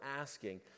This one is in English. asking